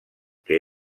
que